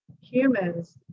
humans